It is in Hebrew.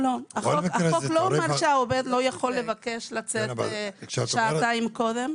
החוק לא אומר שהעובד לא יכול לבקש לצאת שעתיים קודם.